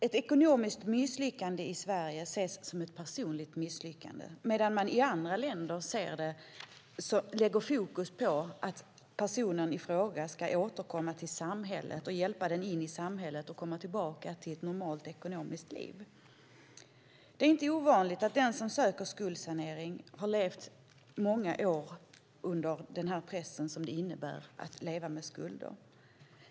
Ett ekonomiskt misslyckande ses i Sverige som ett personligt misslyckande, medan man i andra länder lägger fokus på att hjälpa personen i fråga att komma tillbaka in i samhället och till ett normalt ekonomiskt liv. Det är inte ovanligt att den som söker skuldsanering har levt många år under den press som det innebär att leva med skulder.